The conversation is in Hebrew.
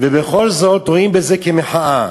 ובכל זאת רואים את זה כמחאה.